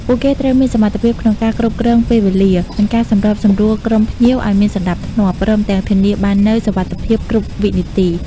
ពួកគេត្រូវមានសមត្ថភាពក្នុងការគ្រប់គ្រងពេលវេលា និងការសម្របសម្រួលក្រុមភ្ញៀវឱ្យមានសណ្តាប់ធ្នាប់ ព្រមទាំងធានាបាននូវសុវត្ថិភាពគ្រប់វិនាទី។